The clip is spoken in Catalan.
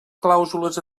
clàusules